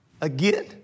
Again